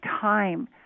time